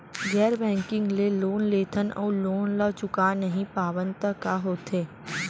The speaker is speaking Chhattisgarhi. गैर बैंकिंग ले लोन लेथन अऊ लोन ल चुका नहीं पावन त का होथे?